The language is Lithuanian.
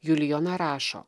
julijona rašo